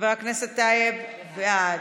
חבר הכנסת טייב, בעד,